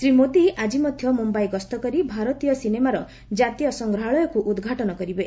ଶ୍ରୀ ମୋଦି ଆଜି ମଧ୍ୟ ମୁମ୍ବାଇ ଗସ୍ତ କରି ଭାରତୀୟ ସିନେମାର ଜାତୀୟ ସଂଗ୍ରହାଳୟକୁ ଉଦ୍ଘାଟନ କରିବେ